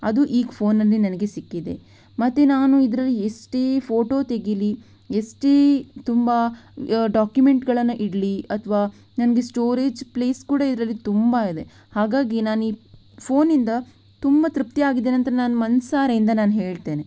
ಅದು ಈಗ ಫೋನಲ್ಲಿ ನನಗೆ ಸಿಕ್ಕಿದೆ ಮತ್ತೆ ನಾನು ಇದರಲ್ಲಿ ಎಷ್ಟೇ ಫೋಟೋ ತೆಗೆಯಲಿ ಎಷ್ಟೇ ತುಂಬ ಡಾಕ್ಯುಮೆಂಟ್ಗಳನ್ನು ಇಡಲಿ ಅಥವಾ ನನಗೆ ಸ್ಟೋರೇಜ್ ಪ್ಲೇಸ್ ಕೂಡ ಇದರಲ್ಲಿ ತುಂಬ ಇದೆ ಹಾಗಾಗಿ ನಾನು ಈ ಫೋನಿಂದ ತುಂಬ ತೃಪ್ತಿ ಆಗಿದ್ದೇನೆ ಅಂತ ನಾನು ಮನಸಾರೆಯಿಂದ ಹೇಳ್ತೇನೆ